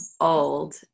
old